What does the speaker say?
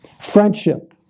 friendship